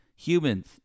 Humans